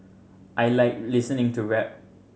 I like listening to rap